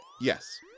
Yes